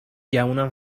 گمونم